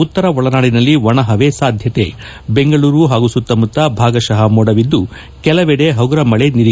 ಉತ್ತರ ಒಳನಾಡಿನಲ್ಲಿ ಒಣಹವೆ ಸಾಧ್ಯತೆ ಬೆಂಗಳೂರು ಸುತ್ತಮುತ್ತ ಭಾಗಶಃ ಮೋಡವಿದ್ದು ಕೆಲವೆಡೆ ಹಗುರ ಮಳೆ ಸಂಭವ